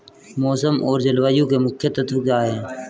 मौसम और जलवायु के मुख्य तत्व क्या हैं?